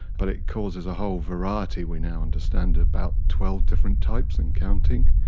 but it causes a whole variety, we now understand, about twelve different types and counting.